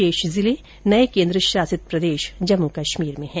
शेष जिले नये केंद्रशासित प्रदेश जम्मू कश्मीर में हैं